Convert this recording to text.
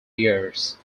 years